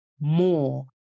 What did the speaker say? more